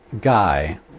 guy